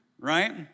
Right